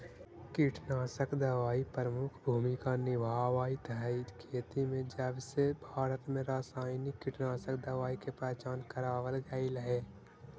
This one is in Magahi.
कीटनाशक दवाई प्रमुख भूमिका निभावाईत हई खेती में जबसे भारत में रसायनिक कीटनाशक दवाई के पहचान करावल गयल हे